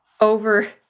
over